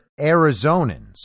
Arizonans